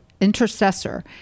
intercessor